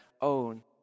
own